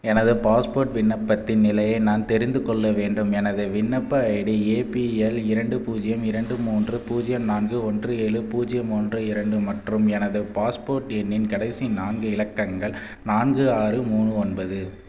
எனது பாஸ்போர்ட் விண்ணப்பத்தின் நிலையை நான் தெரிந்து கொள்ள வேண்டும் எனது விண்ணப்ப ஐடி ஏபிஎல் இரண்டு பூஜ்ஜியம் இரண்டு மூன்று பூஜ்ஜியம் நான்கு ஒன்று ஏழு பூஜ்ஜியம் ஒன்று இரண்டு மற்றும் எனது பாஸ்போர்ட் எண்ணின் கடைசி நான்கு இலக்கங்கள் நான்கு ஆறு மூணு ஒன்பது